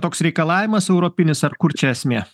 toks reikalavimas europinis ar kur čia esmė